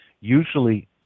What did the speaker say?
usually